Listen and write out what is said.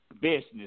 business